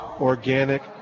Organic